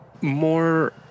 more